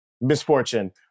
misfortune